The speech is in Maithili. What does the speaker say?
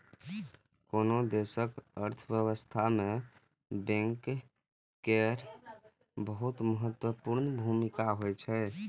कोनो देशक अर्थव्यवस्था मे बैंक केर बहुत महत्वपूर्ण भूमिका होइ छै